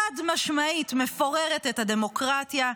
חד-משמעית מפוררת את הדמוקרטיה,